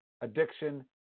addiction